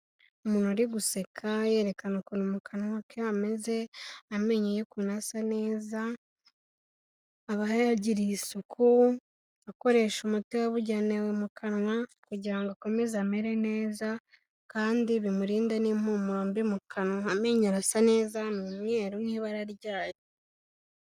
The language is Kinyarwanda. Umuntu uri guseka yerekana ukuntu mu kanwa ke hameze, amenyo ye ukuntu asa neza. Abayayagiriye isuku akoresha umuti wabugenewe mu kanwa, kugira ngo akomeze amere neza. Kandi bimurinde n'impumuro mbi mu kanwa, amenyo arasa neza n' umweru nk'ibara ryayo.